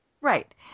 Right